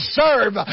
serve